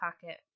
pocket